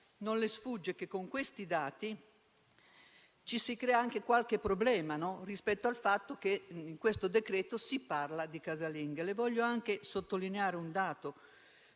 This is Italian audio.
Non le sfugge che con questi dati si crea anche qualche problema rispetto al fatto che in questo decreto si parla di casalinghe. Voglio anche sottolineare un dato